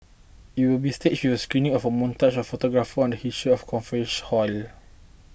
it will be staged with a screening of a montage of photographs on the history of conference hall